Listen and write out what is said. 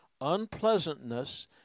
unpleasantness